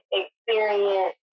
experience